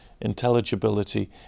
intelligibility